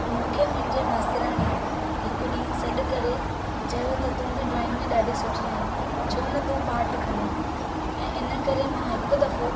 मूंखे मुंहिंजे मास्तराणीअ हिक ॾींहु सॾु करे चयो त तूं बि ड्राइंग में ॾाढी सुठी आहीं छो न तूं पार्टु खणी ऐं हिन करे मां हिकु दफ़ो